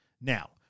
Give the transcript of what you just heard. Now